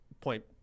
point